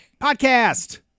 podcast